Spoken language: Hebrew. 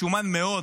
משומן מאוד.